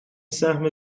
سهم